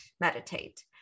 meditate